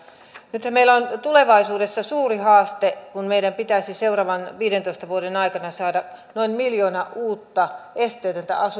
nythän meillä on tulevaisuudessa suuri haaste kun meidän pitäisi seuraavan viidentoista vuoden aikana saada noin miljoona uutta esteetöntä